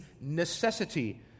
necessity